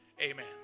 Amen